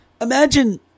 Imagine